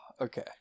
okay